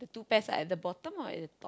two pairs at the bottom or at the top